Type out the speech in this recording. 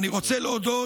אני רוצה להודות,